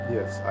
Yes